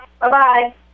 Bye-bye